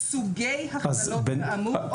סוגי הכללות כאמור...